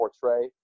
portray